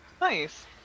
Nice